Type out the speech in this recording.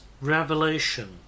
revelation